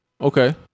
Okay